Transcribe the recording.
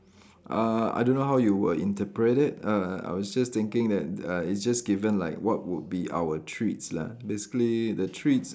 uh I don't know how you would interpret it uh I was just thinking that uh it's just given like what would be our treats lah basically the treats